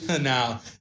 now